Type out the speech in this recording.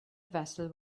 vessel